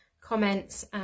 Comments